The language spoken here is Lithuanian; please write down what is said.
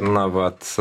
na vat